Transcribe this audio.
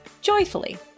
joyfully